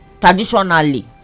traditionally